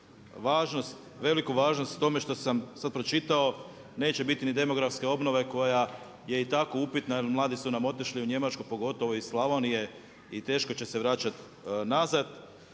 veliku važnost tome što sam sad pročitao neće biti ni demografske obnove koja je i tako upitna jer mladi su nam otišli u Njemačku, pogotovo iz Slavonije, i teško će se vraćati nazad.